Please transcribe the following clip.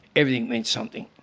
everything meant something.